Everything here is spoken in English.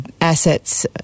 assets